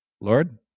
Lord